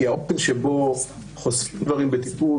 כי הואפן שבו חושפים דברים בטיפול,